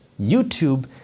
YouTube